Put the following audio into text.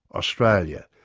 australia,